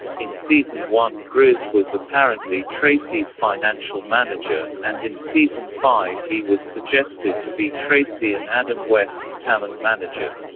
in season one grizz was apparently tracy's financial manager, and in season five he was suggested to be tracy and adam west's talent manager.